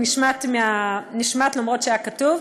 נשמט למרות שהיה כתוב.